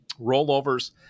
rollovers